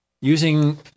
using